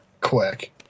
quick